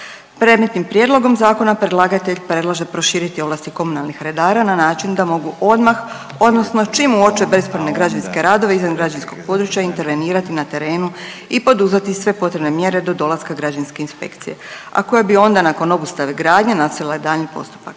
Predmetnim prijedlogom zakona predlagatelj predlaže proširiti ovlasti komunalnih redara na način da mogu odmah, odnosno čim uoče bespravne građevinske radove izvan građevinskog područja intervenirati na terenu i poduzeti sve potrebne mjere do dolaska Građevinske inspekcije, a koje bi onda nakon obustave gradnje nastavile daljnji postupak.